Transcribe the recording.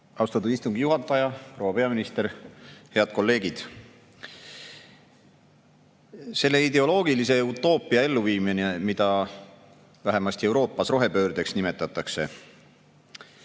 Austatud istungi juhataja! Proua peaminister! Head kolleegid! Sellel ideoloogilise utoopia elluviimisel, mida vähemasti Euroopas rohepöördeks nimetatakse,